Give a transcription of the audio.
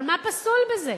אבל מה פסול בזה?